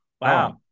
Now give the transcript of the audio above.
Wow